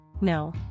No